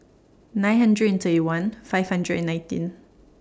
nine hundred and thirty one five hundred and nineteen